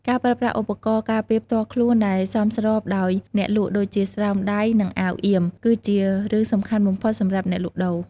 ការប្រើប្រាស់ឧបករណ៍ការពារផ្ទាល់ខ្លួនដែលសមស្របដោយអ្នកលក់ដូចជាស្រោមដៃ និងអាវអៀម គឺជារឿងសំខាន់បំផុតសម្រាប់អ្នកលក់ដូរ។